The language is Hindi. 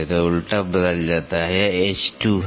तो उलटा बदल जाता है यह h 2 है